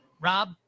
Rob